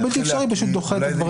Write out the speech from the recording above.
לא בלתי אפשרי, פשוט דוחה את הדברים